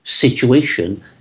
situation